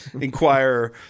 Inquire